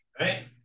Right